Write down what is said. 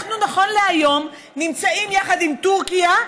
נכון להיום אנחנו נמצאים יחד עם טורקיה,